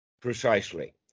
Precisely